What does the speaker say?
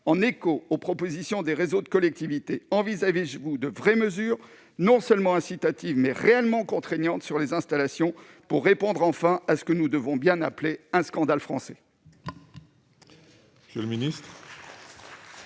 En écho aux propositions des réseaux de collectivités, envisagez-vous de vraies mesures non seulement incitatives, mais réellement contraignantes sur les installations, pour répondre enfin à ce qu'il convient d'appeler un scandale français